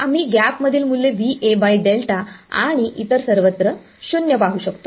आम्ही गॅप मधील मूल्ये आणि इतर सर्वत्र 0 पाहू शकतो